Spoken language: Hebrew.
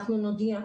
אנחנו נודיע.